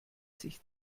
sich